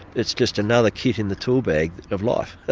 it's just another kit in the tool bag of life.